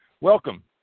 welcome